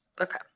Okay